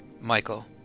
Michael